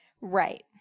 Right